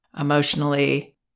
emotionally